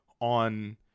on